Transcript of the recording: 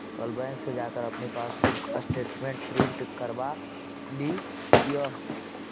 कल बैंक से जाकर अपनी पासबुक स्टेटमेंट प्रिन्ट करवा लियह